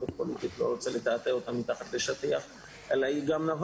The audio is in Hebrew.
לא אטאטא את זה, אבל זה לא נבע